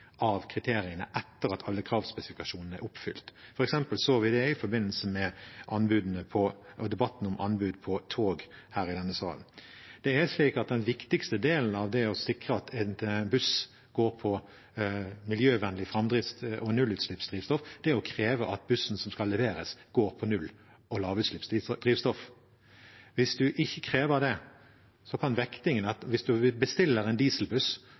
av kriteriene etter at alle kravspesifikasjonene er oppfylt. Vi så det f.eks. i forbindelse med debatten om anbud på tog her i denne salen. Den viktigste delen av det å sikre at en buss går på miljøvennlig eller nullutslippsdrivstoff, er å kreve at bussen som skal leveres, går på null- eller lavutslippsdrivstoff. Hvis man bestiller en dieselbuss, vil vektingen etterpå uansett gi en dieselbuss. Derfor er det